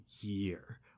year